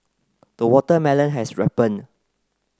the watermelon has ripened